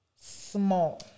small